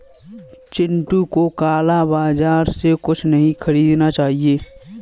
चिंटू को काला बाजार से कुछ नहीं खरीदना चाहिए